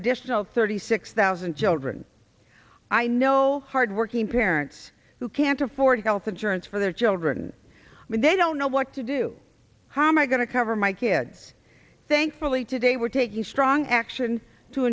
additional thirty six thousand children i know hardworking parents who can't afford health insurance for their children when they don't know what to do how am i going to cover my kids thankfully today we're taking strong action to